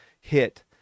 hit